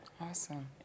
Awesome